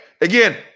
Again